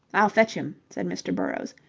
i'll fetch him, said mr. burrowes.